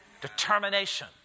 Determination